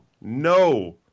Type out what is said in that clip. no